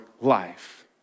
life